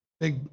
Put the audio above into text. big